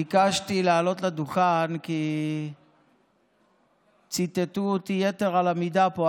ביקשתי לעלות לדוכן כי ציטטו אותי יתר על המידה פה,